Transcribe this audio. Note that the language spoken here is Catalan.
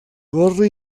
gorra